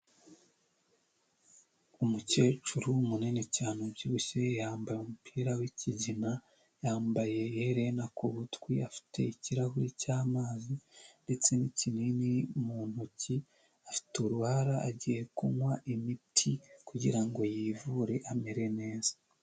Umukecuru munini cyane ubyibushye, yambaye umupira w'ikigina, yambaye iherena ku gutwi, afite ikirahuri cy'amazi ndetse n'ikinini mu ntoki, afite uruhara, agiye kunywa imiti kugirango yivure amere neza.